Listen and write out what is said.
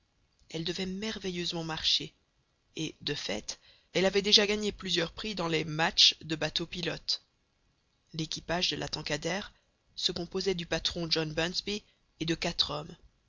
elle devait merveilleusement marcher et de fait elle avait déjà gagné plusieurs prix dans les matches de bateaux pilotes l'équipage de la tankadère se composait du patron john bunsby et de quatre hommes